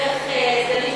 דרך,